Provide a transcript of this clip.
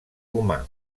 humà